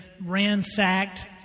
ransacked